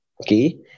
Okay